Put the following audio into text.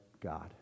God